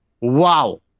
wow